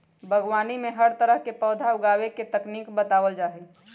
बागवानी में हर तरह के पौधा उगावे के तकनीक बतावल जा हई